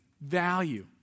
value